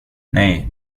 nej